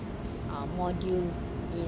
um module in